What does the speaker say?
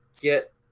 get